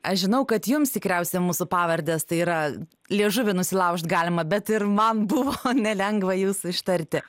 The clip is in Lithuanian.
aš žinau kad jums tikriausia mūsų pavardes tai yra liežuvį nusilaužt galima bet ir man buvo nelengva jūsų ištarti